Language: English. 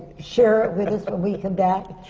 share it with us when we come back?